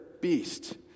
beast